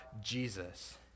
Jesus